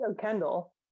Kendall